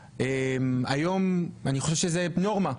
היום אני חושב שזה נורמה,